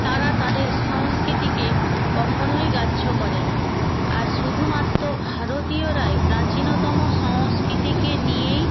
তারা তাদের সংস্কৃতিকে কখনই গ্রাহ্য করে না আর শুধুমাত্র ভারতীয়রাই প্রাচীনতম সংস্কৃতিকে নিয়েই